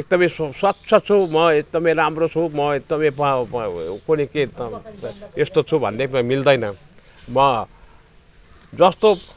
एकदमै स्वच्छ छु म एकदमै राम्रो छु म एकदमै प्वा प्व कुनि के यस्तो छु भन्ने मिल्दैन म जस्तो